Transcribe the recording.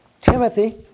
Timothy